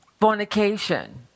fornication